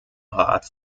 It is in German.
rat